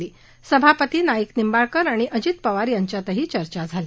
सुरूवातीला सभापती नाईक निंबाळकर आणि अजित पवार यांच्यात चर्चा झाली